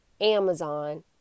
Amazon